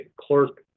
clerk